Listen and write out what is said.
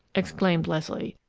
exclaimed leslie.